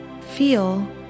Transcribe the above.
Feel